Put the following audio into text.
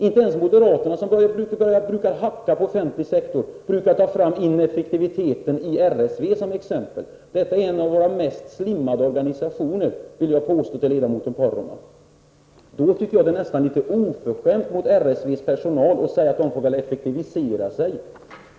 Inte ens moderaterna, som alltid hackar på den offentliga sektorn, brukar ta fram RSV som exempel på ineffektivitet. RSV är en av våra mest slimmade organisationer, vill jag påstå, Bruno Poromaa. Då tycker jag att det är nästan litet oförskämt mot RSV:s personal att säga att den får väl effektivisera sig.